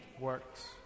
works